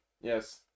Yes